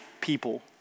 people